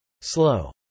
Slow